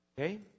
Okay